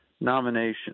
nomination